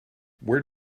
where